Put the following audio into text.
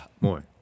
More